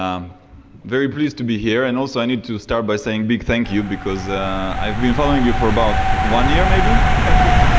um very pleased to be here, and also, i need to start by saying big thank you, because i've been following you for about one year, maybe? thank you.